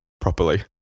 properly